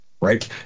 right